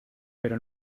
pero